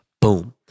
Boom